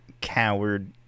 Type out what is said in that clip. coward